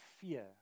fear